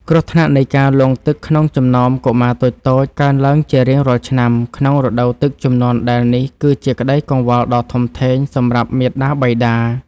គ្រោះថ្នាក់នៃការលង់ទឹកក្នុងចំណោមកុមារតូចៗ កើនឡើងជារៀងរាល់ឆ្នាំក្នុងរដូវទឹកជំនន់ដែលនេះ គឺជាក្តីកង្វល់ដ៏ធំធេងសម្រាប់មាតាបិតា។